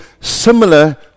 similar